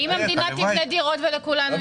ואם המדינה תבנה דירות ולכולנו יהיה?